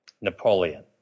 Napoleon